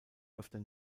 öfter